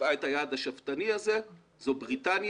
שקבעה את היעד השאפתני הזה, בריטניה.